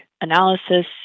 analysis